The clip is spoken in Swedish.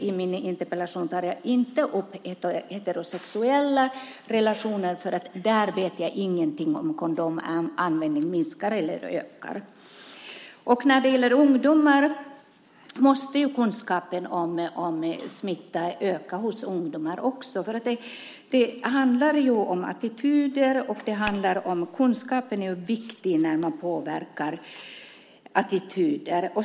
I min interpellation tar jag inte upp heterosexuella relationer eftersom jag där inte vet om kondomanvändningen minskar eller ökar. När det gäller ungdomar måste kunskapen om smitta öka. Det handlar om attityder, och kunskap är viktig när man påverkar attityder.